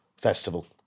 festival